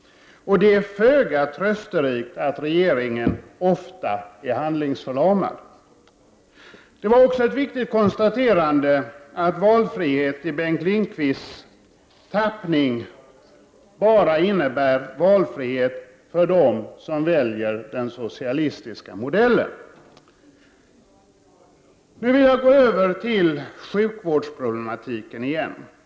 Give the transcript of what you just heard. Det är föga trösterikt att regeringen ofta är handlingsförlamad. Det var också ett viktigt konstaterande att valfrihet i Bengt Lindqvists tappning bara innebär valfrihet för dem som väljer den socialistiska modellen. Nu vill jag övergå till sjukvårdsproblematiken igen.